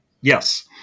Yes